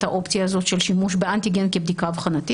האופציה הזאת של שימוש באנטיגן כבדיקה אבחון,